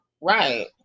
Right